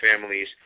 families